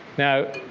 now